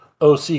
OC